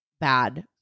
bad